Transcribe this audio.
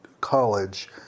college